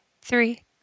three